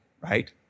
right